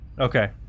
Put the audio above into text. Okay